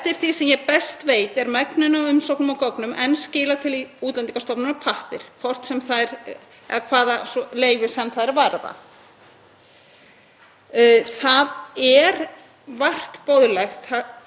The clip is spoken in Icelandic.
Það er vart boðlegt, hæstv. forseti, hvorki fyrir starfsfólk né umsækjendur, að umsóknareyðublöð séu öll á pappír og síðan færð handvirkt inn í upplýsingakerfi,